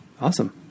Awesome